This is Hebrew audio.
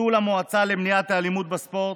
ביטול המועצה למניעת האלימות בספורט,